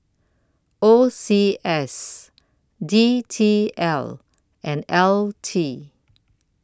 O C S D T L and L T